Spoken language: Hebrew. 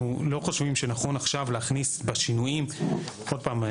אנחנו לא חושבים שנכון עכשיו להכניס בשינויים עוד פעם,